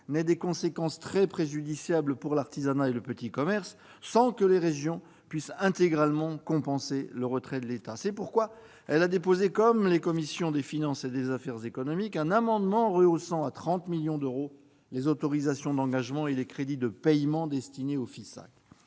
n'ait des conséquences très préjudiciables pour l'artisanat et le petit commerce, sans que les régions puissent intégralement compenser le retrait de l'État. C'est pourquoi elle a déposé, comme les commissions des finances et des affaires économiques, un amendement tendant à rehausser à 30 millions d'euros les autorisations d'engagement et les crédits de paiement destinés au Fisac.